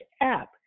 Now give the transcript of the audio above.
app